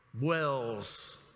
wells